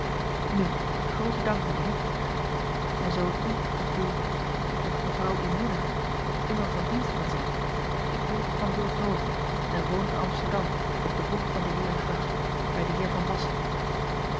u grooten dank mijn eer zeî ik en zoo ik u of uw of evrouw uw moeder immer van dienst kan zijn ik heet an oertoghe en woon te msterdam op de bocht van de eerengracht bij den eer an assen